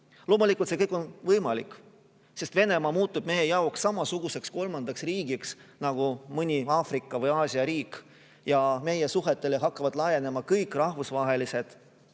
Loomulikult see kõik on võimalik, sest Venemaa muutub meie jaoks samasuguseks kolmandaks riigiks nagu mõni Aafrika või Aasia riik. Ja meie suhetele hakkavad laienema kõik rahvusvahelised